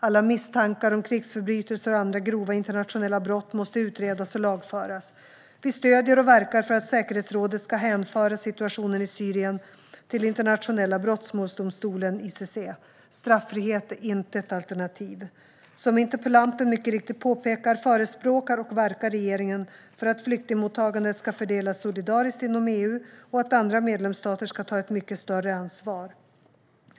Alla misstankar om krigsförbrytelser och andra grova internationella brott måste utredas och lagföras. Vi stöder och verkar för att säkerhetsrådet ska hänföra situationen i Syrien till Internationella brottmålsdomstolen, ICC. Straffrihet är inte ett alternativ. Som interpellanten mycket riktigt påpekar förespråkar och verkar regeringen för att flyktingmottagandet ska fördelas solidariskt inom EU och att andra medlemsstater ska ta ett mycket större ansvar.